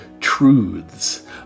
truths